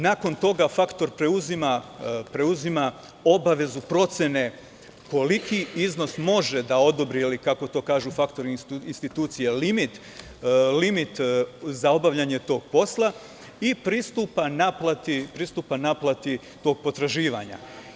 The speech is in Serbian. Nakon toga, faktor preuzima obavezu procene koliki iznos može da odobri ili, kako to kažu faktoring institucije, limit za obavljanje tog posla i pristupa naplati tog potraživanja.